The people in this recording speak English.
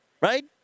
Right